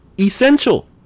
essential